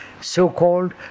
so-called